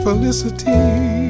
Felicity